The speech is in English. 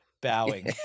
Bowing